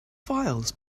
files